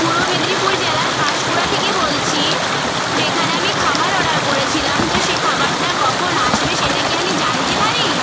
পূর্ব মেদিনীপুর জেলার পাঁশকুড়া থেকে বলছি তো এখানে আমি খাবার অর্ডার করেছিলাম তো সে খাবারটা কখন আসবে সেটা কি আমি জানতে পারি